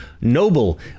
noble